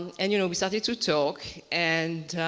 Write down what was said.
and you know, we started to talk. and